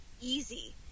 easy